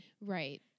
Right